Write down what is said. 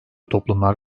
toplumlar